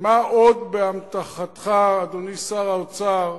מה עוד באמתחתך, אדוני שר האוצר,